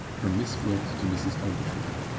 from miss gwilt to mrs. oldershaw.